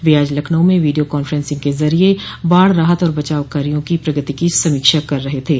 वह आज लखनऊ में वीडियो कांफ्रेंसिंग के जरिये बाढ़ राहत और बचाव कार्यो की प्रगति की समीक्षा कर रहे थे